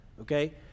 okay